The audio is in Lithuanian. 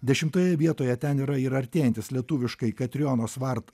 dešimtoje vietoje ten yra ir artėjantis lietuviškai katrijonos vart